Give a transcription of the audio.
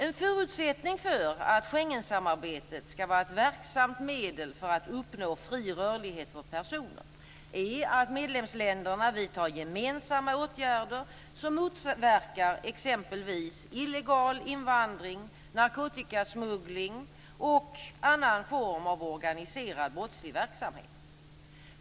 En förutsättning för att Schengensamarbetet skall vara ett verksamt medel för att uppnå fri rörlighet för personer är att medlemsländerna vidtar gemensamma åtgärder som motverkar exempelvis illegal invandring, narkotikasmuggling och annan form av organiserad brottslig verksamhet.